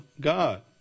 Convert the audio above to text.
God